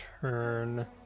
turn